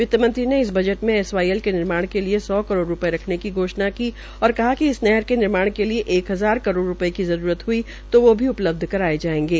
वित्तमंत्री ने इस बजट में एसवाईएल के निर्माण के लिए सौ करोड़ रूपये रखने की घोषणा भी की और कहा कि इस नहर के निर्माण के लिए एक हजार करोड़ की जरूरत हई तो वो भी उपलब्ध कराये जायेंगे